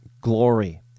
glory